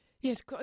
Yes